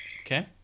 Okay